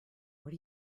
what